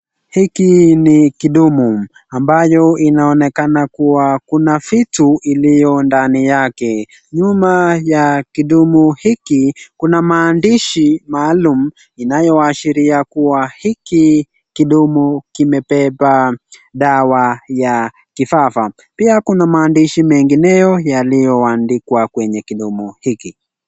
Hiki ni kidumu ambayo inaonekana kuwa kuna vitu iliyo ndani yake. Nyuma ya kidumu hiki kuna maandishi maalum inayoashiria kuwa hiki kidumu kimebeba dawa ya kifafa. Pia kuna maandishi mengineo yaliyoandikwa kwenye kidumu hiki.